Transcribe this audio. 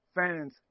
fans